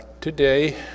Today